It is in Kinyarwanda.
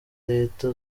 leta